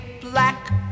black